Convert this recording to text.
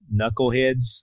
knuckleheads